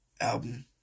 album